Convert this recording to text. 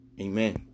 Amen